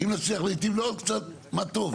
אם נצליח להיטיב עם עוד קצת, מה טוב.